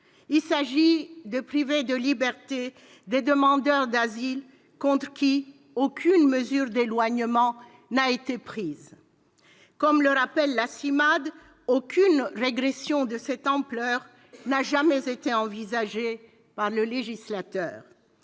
Il s'agit de priver de liberté des demandeurs d'asile contre lesquels aucune mesure d'éloignement n'a été prise. Comme le rappelle la CIMADE, aucune régression de cette ampleur n'avait jamais été envisagée par le législateur.